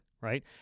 Right